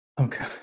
Okay